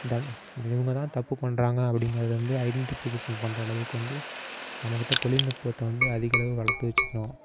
தண் இவங்கதான் தப்பு பண்ணுறாங்க அப்படிங்கறத வந்து ஐடெண்ட்டிஃபிகேஷன் பண்ணுற அளவுக்கு வந்து நம்மக்கிட்ட தொழில்நுட்பத்தை வந்து அதிகளவு வளர்த்து வைச்சுக்கணும்